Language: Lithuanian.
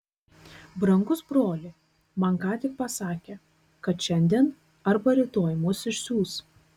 brangus broli man ką tik pasakė kad šiandien arba rytoj mus išsiųs